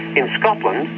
in scotland,